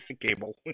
cable